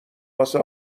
واسه